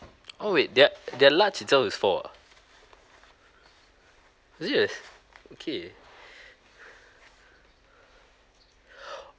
oh wait their their large itself is four uh serious okay